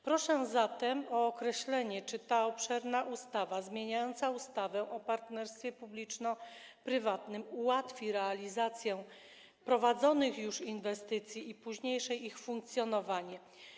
Proszę zatem o określenie, czy ta obszerna ustawa zmieniająca ustawę o partnerstwie publiczno-prywatnym ułatwi realizację prowadzonych już inwestycji i późniejsze ich funkcjonowanie.